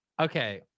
Okay